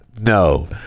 no